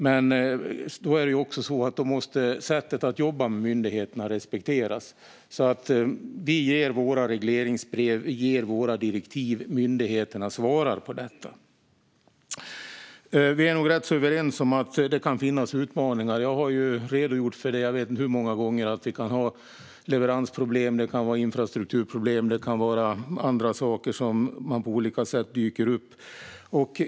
Men då måste sättet att jobba med myndigheterna respekteras. Vi ger våra regleringsbrev och våra direktiv. Myndigheterna svarar på detta. Vi är nog rätt överens om att det kan finnas utmaningar. Jag vet inte hur många gånger jag har redogjort för att vi kan ha leveransproblem. Det kan vara infrastrukturproblem. Det kan vara andra saker som på olika sätt dyker upp.